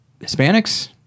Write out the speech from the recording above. hispanics